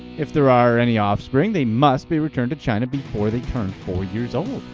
if there are any offspring, they must be returned to china before they turn four years old.